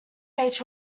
went